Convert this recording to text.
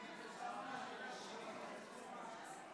חברת הכנסת סטרוק, בבקשה לשבת במקומך.